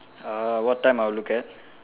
uh what time I'll look at